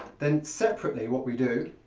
then separately what we do,